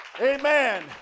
amen